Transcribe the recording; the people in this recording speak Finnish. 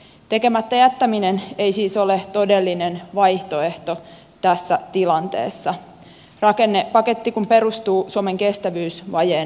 tekemättä jättäminen ei siis ole todellinen vaihtoehto tässä tilanteessa rakennepaketti kun perustuu suomen kestävyysvajeen nujertamiseen